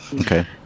Okay